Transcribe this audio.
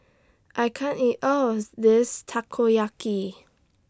I can't eat All of This Takoyaki